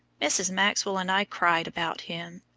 mrs. maxwell and i cried about him.